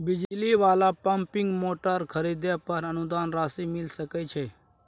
बिजली वाला pumping motor खरीदे पर अनुदान राशि मिल सके छैय?